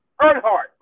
Earnhardt